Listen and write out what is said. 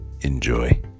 enjoy